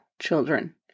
children